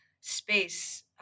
space